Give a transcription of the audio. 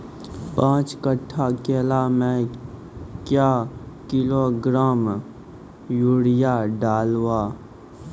पाँच कट्ठा केला मे क्या किलोग्राम यूरिया डलवा?